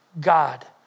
God